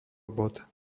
bod